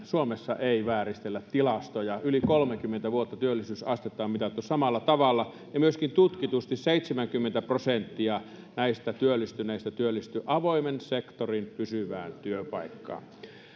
suomessa ei vääristellä tilastoja yli kolmekymmentä vuotta työllisyysastetta on mitattu samalla tavalla ja myöskin tutkitusti seitsemänkymmentä prosenttia näistä työllistyneistä työllistyy avoimen sektorin pysyvään työpaikkaan